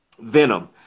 Venom